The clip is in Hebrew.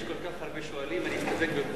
יש כל כך הרבה שואלים, אני אסתפק בתשובת השר.